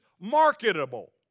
marketable